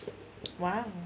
!wow!